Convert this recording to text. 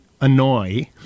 annoy